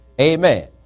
Amen